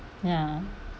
ya